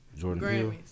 Jordan